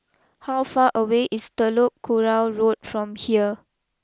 how far away is Telok Kurau Road from here